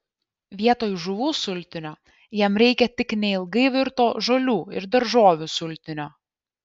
vietoj žuvų sultinio jam reikia tik neilgai virto žolių ir daržovių sultinio